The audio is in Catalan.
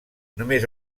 només